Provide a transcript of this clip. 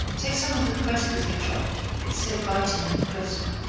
take some of the cress with your chop it's so biting and crisp.